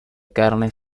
carne